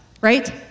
right